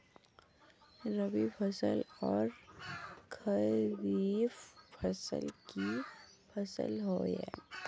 रवि फसल आर खरीफ फसल की फसल होय?